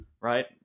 Right